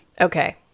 okay